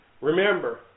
Remember